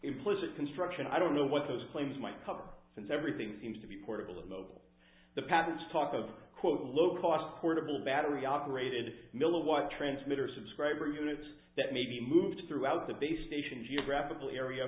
implicit construction i don't know what those claims might cover since everything seems to be portable and mobile the patents talk of quote low cost portable battery operated milliwatt transmitter subscriber units that may be moved throughout the base station geographical area